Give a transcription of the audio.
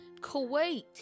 Kuwait